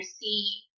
see